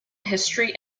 history